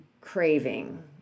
craving